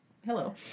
hello